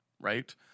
Right